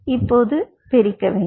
இப்போது பிரிக்க வேண்டும்